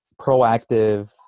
proactive